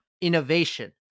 innovation